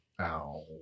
Ow